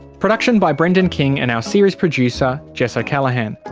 production by brendan king and our series producer jess o'callaghan,